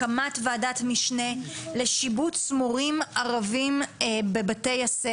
הקמת ועדת משנה לשיבוץ מורים ערבים בבתי-הספר.